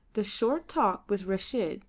the short talk with reshid,